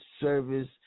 service